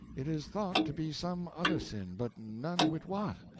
it is thought to be some other sin, but none wit what.